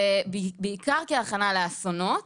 בעיקר כהכנה לאסונות.